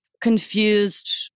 confused